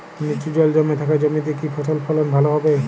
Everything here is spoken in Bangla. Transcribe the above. নিচু জল জমে থাকা জমিতে কি ফসল ফলন ভালো হবে?